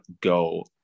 go